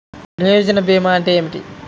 ప్రయోజన భీమా అంటే ఏమిటి?